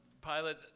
pilot